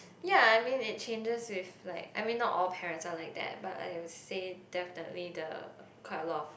ya I mean it changes with like I mean not all parents are like that but I would say definitely the quite a lot of